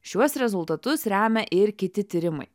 šiuos rezultatus remia ir kiti tyrimai